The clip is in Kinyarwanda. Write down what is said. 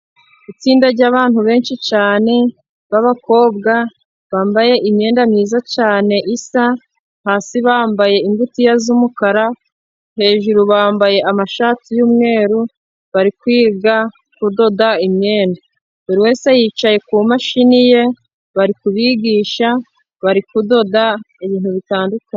Itsinda ry'abantu benshi cyane b'abakobwa bambaye imyenda myiza cyane isa, hasi bambaye ingutiya z'umukara, hejuru bambaye amashati y'umweru, bari kwiga kudoda imyenda buri wese yicaye ku mashini ye, bari kubigisha bari kudoda ibintu bitandukanye.